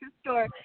store